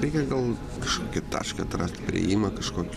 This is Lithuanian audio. reikia gal kažkokį tašką atrasti priėjimąa kažkokį